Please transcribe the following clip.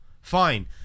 Fine